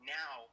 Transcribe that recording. now